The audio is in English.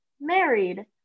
married